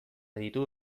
ditu